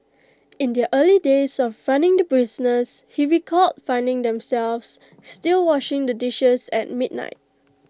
in their early days of running the business he recalled finding themselves still washing the dishes at midnight